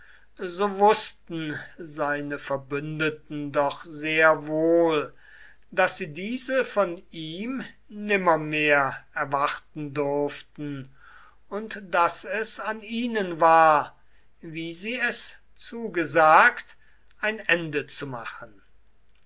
so wußten seine verbündeten doch sehr wohl daß sie diese von ihm nimmermehr erwarten durften und daß es an ihnen war wie sie es zugesagt ein ende zu machen